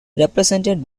represented